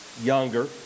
younger